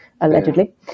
allegedly